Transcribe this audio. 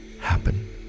happen